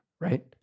right